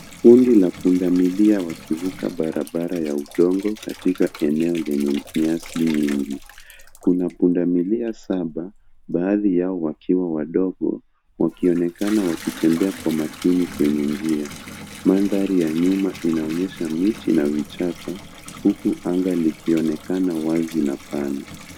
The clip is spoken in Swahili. Kundi la punda milia wakivuka barabara ya udongo, katika eneo lenye nyasi nyingi. Kuna punda milia saba, baadhi yao wakiwa wadogo, wakionekana wakitembea kwa makini kwenye njia. Mandhari ya nyuma inaonyesha miti na vichaka, huku anga likionekana wazi, na pana.